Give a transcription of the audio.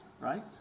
Right